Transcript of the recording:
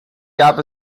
gab